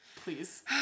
Please